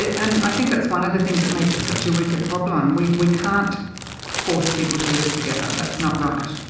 and i think that's one of the things that makes it such a wicked problem. we we can't force people to live together. that's not right.